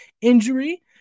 injury